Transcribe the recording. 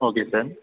okay sir